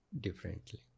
differently